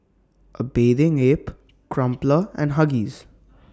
A Bathing Ape Crumpler and Huggies